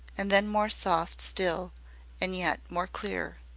and then more soft still and yet more clear,